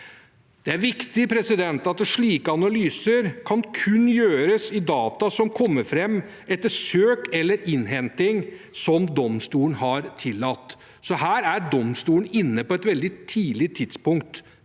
Det er viktig at slike analyser kun kan gjøres i data som kommer fram etter søk eller innhenting som domstolene har tillatt. Her er domstolene altså inne på et veldig tidlig tidspunkt.